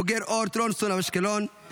בוגר אורט רונסון באשקלון,